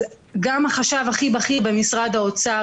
גם החשב הכי בכיר במשרד האוצר,